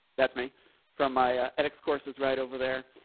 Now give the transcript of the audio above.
that's me from my ethics courses right over there.